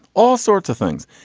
all sorts of things.